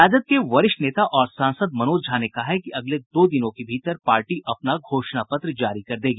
राजद के वरिष्ठ नेता और सांसद मनोज झा ने कहा है कि अगले दो दिनों के भीतर पार्टी अपना घोषणा पत्र जारी कर देगी